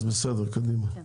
אז בסדר קדימה.